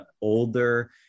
older